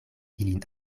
ilin